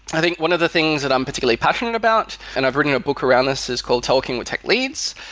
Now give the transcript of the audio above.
i think one of the things that i'm particularly passionate about, and i've written a book around this, it is called talking with tech leads,